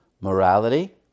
morality